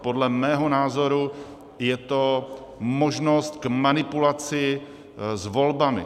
Podle mého názoru je to možnost k manipulaci s volbami.